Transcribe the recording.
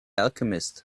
alchemist